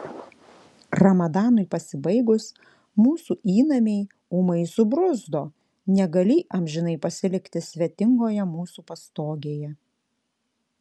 ramadanui pasibaigus mūsų įnamiai ūmai subruzdo negalį amžinai pasilikti svetingoje mūsų pastogėje